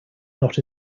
not